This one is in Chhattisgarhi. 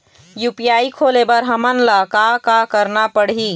यू.पी.आई खोले बर हमन ला का का करना पड़ही?